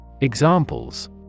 Examples